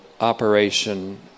operation